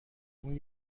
اون